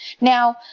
Now